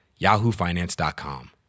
Yahoofinance.com